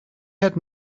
had